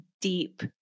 deep